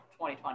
2020